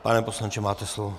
Pane poslanče, máte slovo.